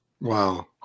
wow